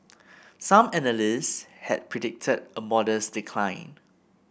some analysts had predicted a modest decline